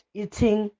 eating